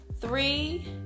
three